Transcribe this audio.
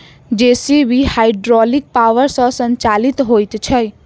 JCB hydraulic power सॅ संचालित होइत छै